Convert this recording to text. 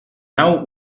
nau